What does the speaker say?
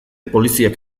poliziak